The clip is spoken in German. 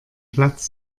platz